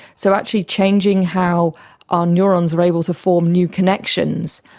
so actually changing how our neurons are able to form new connections.